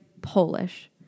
Polish